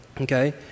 okay